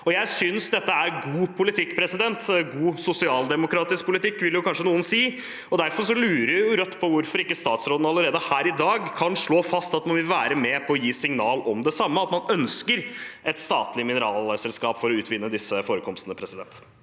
Jeg synes dette er god politikk, god sosialdemokratisk politikk vil noen kanskje si, og derfor lurer Rødt på hvorfor ikke statsråden allerede her i dag kan slå fast at han vil være med på å gi signal om det samme – at man ønsker et statlig mineralselskap for å utvinne disse forekomstene. Ka ri